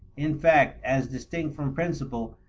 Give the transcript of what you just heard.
in fact, as distinct from principle,